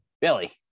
Billy